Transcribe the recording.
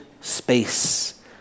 space